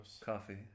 Coffee